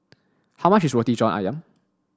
how much is Roti John Ayam